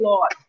Lord